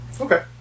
Okay